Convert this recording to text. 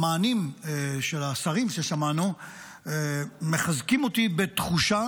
המענים של השרים ששמענו מחזקים אותי בתחושה